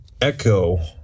echo